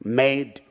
made